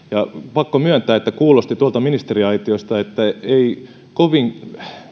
pakko myöntää että kuulosti tuolta ministeriaitiosta että ei kovin